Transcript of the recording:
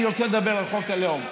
אני רוצה לדבר על חוק הלאום.